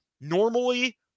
Normally